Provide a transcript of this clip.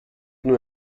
nur